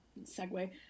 segue